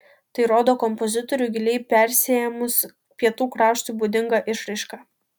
tai rodo kompozitorių giliai persiėmus pietų kraštui būdinga išraiška